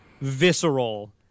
visceral